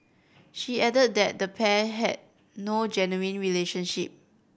she added that the pair had no genuine relationship